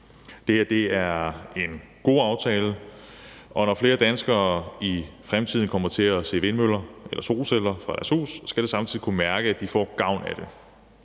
Det her er en god aftale, og når flere danskere i fremtiden kommer til at se vindmøller eller solceller fra deres hus, skal de samtidig kunne mærke, at de får gavn af det.